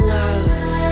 love